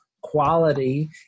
quality